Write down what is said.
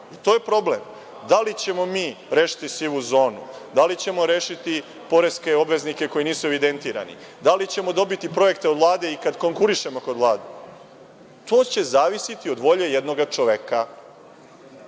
to je problem, da li ćemo mi rešiti sivu zonu, da li ćemo rešiti poreske obveznike koji nisu evidentirani, da li ćemo dobiti projekte od Vlade i kada konkurišemo kod Vlade. To će zavisiti od volje jednoga čoveka. Dakle,